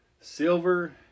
Silver